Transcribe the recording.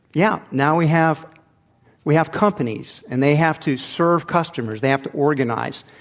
yeah, now we have we have companies, and they have to serve customers. they have to organize.